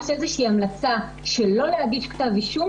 המלצה שלא להגיש כתב אישום,